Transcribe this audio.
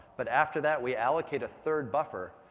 but after that, we allocate a third buffer,